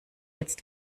jetzt